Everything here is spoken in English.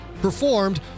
performed